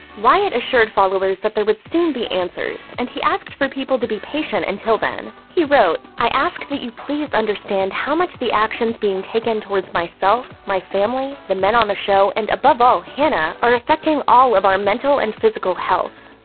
wyatt assured followers that there would soon be answers, and he asked for people to be patient until then. he wrote, i ask that you please understand how much the actions being taken towards myself, my family, the men on the show, and above all, hannah, are affecting all of our mental and physical health.